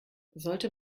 sollte